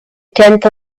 tenth